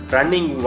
Running